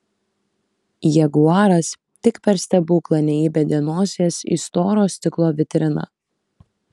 jaguaras tik per stebuklą neįbedė nosies į storo stiklo vitriną